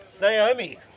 Naomi